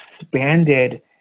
expanded